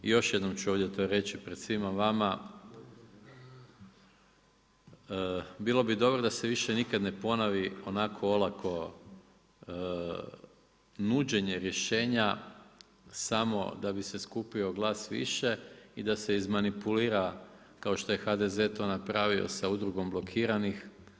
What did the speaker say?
I još jednom ću to ovdje reći pred svima vama bilo bi dobro da se više nikad ne ponovi onako olako nuđenje rješenja samo da bi se skupio glas više i da se izmanipulira kao što je HDZ to napravio sa Udrugom blokiranih.